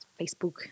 Facebook